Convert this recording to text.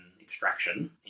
extraction